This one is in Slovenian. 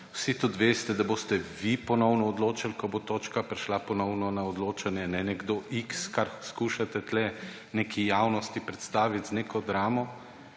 Vsi tudi veste, da boste vi ponovno odločali, ko bo točka prišla ponovno na odločanje, ne nekdo x, kar skušate tukaj neki javnosti predstaviti z neko dramo.